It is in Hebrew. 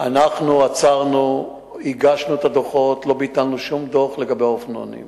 אנחנו הגשנו את הדוחות ולא ביטלנו שום דוח לגבי האופנוענים.